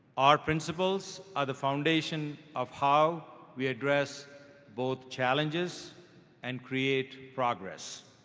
our principles are the foundation of how we address both challenges and create progress.